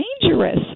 dangerous